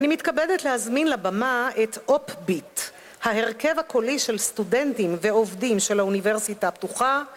אני מתכבדת להזמין לבמה את אופביט, ההרכב הקולי של סטודנטים ועובדים של האוניברסיטה הפתוחה..